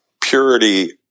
purity